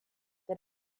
that